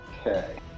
Okay